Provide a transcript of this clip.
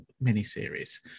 mini-series